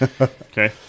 Okay